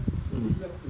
mm